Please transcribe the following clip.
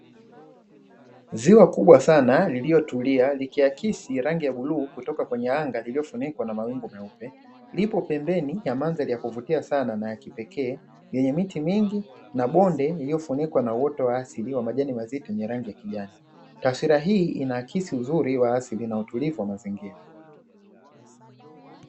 Ziwa kubwa sana lililotulia, likiakisi rangi ya bluu kutoka kwenye anga lililofunikwa na mawingu meupe. Lipo pembeni ya mandhari ya kuvutia sana na ya kipekee yenye miti mingi na bonde lililofunikwa na uoto wa asili wa majani mazito yenye rangi ya kijani. Taswira hii inaakisi uzuri wa asili na utulivu wa mazingira.